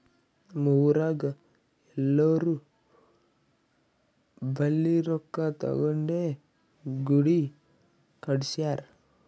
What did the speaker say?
ನಮ್ ಊರಾಗ್ ಎಲ್ಲೋರ್ ಬಲ್ಲಿ ರೊಕ್ಕಾ ತಗೊಂಡೇ ಗುಡಿ ಕಟ್ಸ್ಯಾರ್